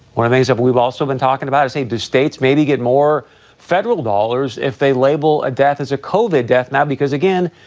why are they so but we've also been talking about the same to states, maybe get more federal dollars if they label a death as a cova death, not because, again,